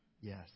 Yes